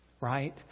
Right